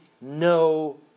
No